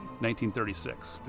1936